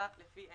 זה